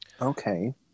Okay